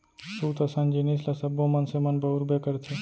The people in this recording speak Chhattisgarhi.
सूत असन जिनिस ल सब्बो मनसे मन बउरबे करथे